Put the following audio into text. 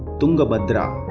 tungabadhra